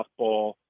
softball